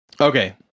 Okay